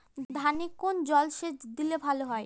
ধানে কোন জলসেচ দিলে ভাল হয়?